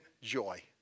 joy